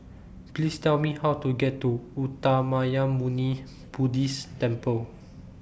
Please Tell Me How to get to Uttamayanmuni Buddhist Temple